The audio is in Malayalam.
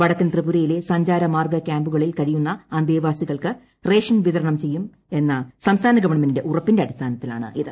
വടക്കൻ ത്രിപുരയിലെ സഞ്ചാരമാർഗ്ഗ കൃാമ്പുകളിൽ കഴിയുന്ന അന്തേവാസികൾക്ക് റേഷൻ വിതരണം ചെയ്യും എന്ന സംസ്ഥാന ഗവൺമെന്റിന്റെ ഉറപ്പിന്റെ അടിസ്ഥാനത്തിലാണിത്